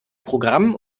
programm